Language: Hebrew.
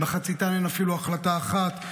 במחציתן אין אפילו החלטה אחת.